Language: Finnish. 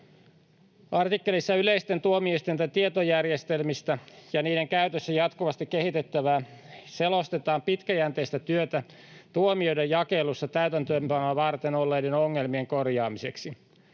Artikkelissa ”Yleisten tuomioistuinten tietojärjestelmissä ja niiden käytössä jatkuvasti kehitettävää” selostetaan pitkäjänteistä työtä tuomioiden jakelussa täytäntöönpanoa varten olleiden ongelmien korjaamiseksi.